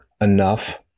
enough